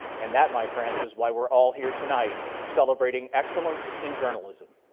and that, my friends, is why we're all here tonight celebrating excellence in journalism.